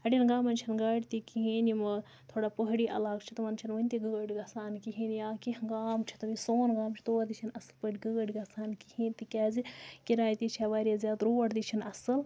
اَڑیٚن گامَن چھَنہٕ گاڑِ تہِ کِہیٖنۍ یِم ٲں تھوڑا پہٲڑی علاقہٕ چھِ تِمَن چھَنہٕ وُنہِ تہِ گٲڑۍ گَژھان کِہیٖنۍ یا کیٚنٛہہ گام چھِ چھِ تور تہِ چھَنہٕ اصٕل پٲٹھۍ گٲڑۍ گَژھان کِہیٖنۍ تِکیٛازِ کِراے تہِ چھِ واریاہ زیادٕ روڈ تہِ چھِنہٕ اصٕل